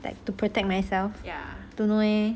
to protect myself don't know leh